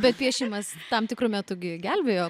bet piešimas tam tikru metu gi gelbėjo